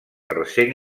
recent